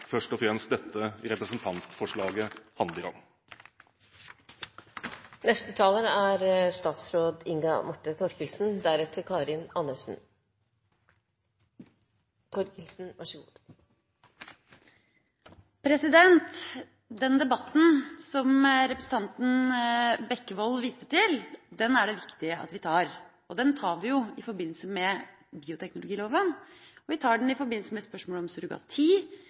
dette representantforslaget handler om. Den debatten som representanten Bekkevold viste til, er det viktig at vi tar. Og den tar vi jo. Vi tar den i forbindelse med bioteknologiloven, og vi tar den i forbindelse med spørsmålet om surrogati